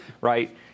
right